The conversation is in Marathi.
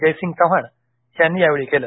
जयसिंग चव्हाण यांनी यावेळी केलं